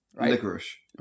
Licorice